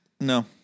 no